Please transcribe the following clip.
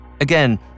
Again